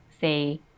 say